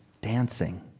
dancing